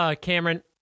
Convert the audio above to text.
Cameron